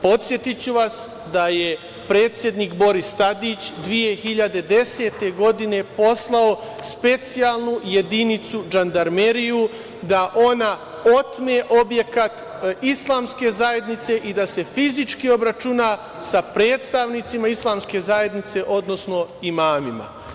Podsetiću vas da je predsednik Boris Tadić 2010. godine poslao specijalnu jedinicu žandarmerije da ona otme objekat islamske zajednice i da se fizički obračuna sa predstavnicima islamske zajednice, odnosno imamima.